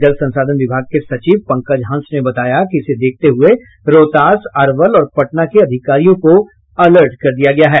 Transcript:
जल संसाधन विभाग के सचिव पंकज हंस ने बताया कि इसे देखते हुए रोहतास अरवल और पटना के अधिकारियों को अलर्ट कर दिया गया है